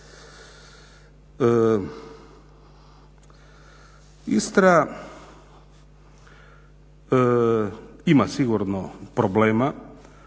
Istra ima sigurno problema,